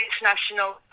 international